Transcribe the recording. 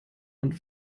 und